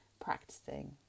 practicing